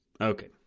Okay